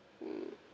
mm